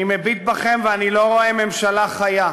אני מביט בכם ואני לא רואה ממשלה חיה.